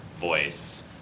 voice